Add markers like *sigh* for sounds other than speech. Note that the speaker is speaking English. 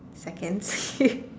seconds *laughs*